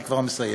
אני כבר מסיים.